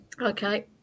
Okay